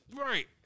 Right